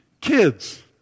Kids